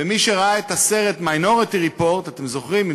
מי שראה את הסרט Minority Report אתם זוכרים?